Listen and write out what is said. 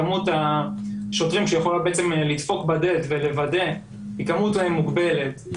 כמות השוטרים שיכולה לדפוק בדלת ולוודא היא כמות מוגבלת,